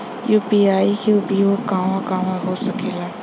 UPI के उपयोग कहवा कहवा हो सकेला?